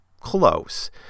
close